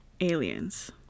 aliens